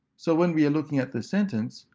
so when we are looking at the sentence,